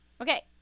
Okay